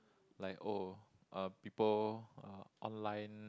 like oh uh people uh online